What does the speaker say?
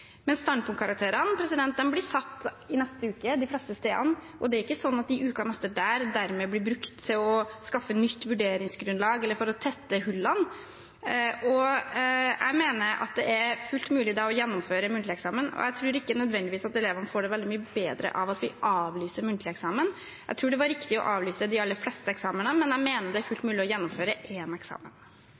standpunktkarakterene blir satt i neste uke de fleste stedene, og det er jo ikke slik at ukene etter der dermed blir brukt til å skaffe nytt vurderingsgrunnlag eller til å tette hullene. Jeg mener at det er fullt mulig da å gjennomføre muntlig eksamen, og jeg tror ikke elevene nødvendigvis får det veldig mye bedre av at vi avlyser muntlig eksamen. Jeg tror det var riktig å avlyse de aller fleste eksamenene, men jeg mener det er fullt mulig å gjennomføre én eksamen.